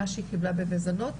מה שהיא קיבלה במזונות,